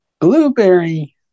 blueberry